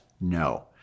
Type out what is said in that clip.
No